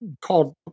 called